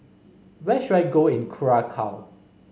where should I go in Curacao